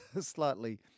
slightly